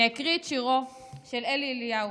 אני אקריא את שירו של אלי אליהו,